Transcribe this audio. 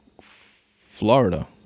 Florida